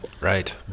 right